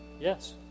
Yes